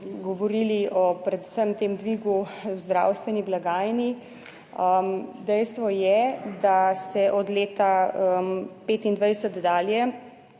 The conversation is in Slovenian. govorili o predvsem tem dvigu v zdravstveni blagajni, dejstvo je, da se od leta 2025 dalje